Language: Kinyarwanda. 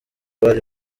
bari